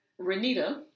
Renita